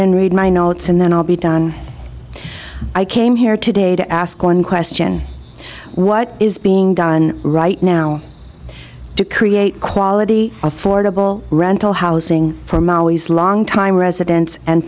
and read my notes and then i'll be done i came here today to ask one question what is being done right now to create quality affordable rental housing for mali's longtime residents and